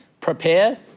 prepare